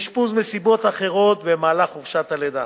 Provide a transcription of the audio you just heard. מסיבות אחרות במהלך חופשת הלידה,